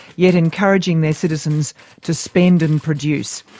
yet encouraging their citizens to spend and produce?